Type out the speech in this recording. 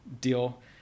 deal